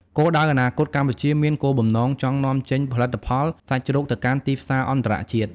គោលដៅអនាគត កម្ពុជាមានគោលបំណងចង់នាំចេញផលិតផលសាច់ជ្រូកទៅកាន់ទីផ្សារអន្តរជាតិ។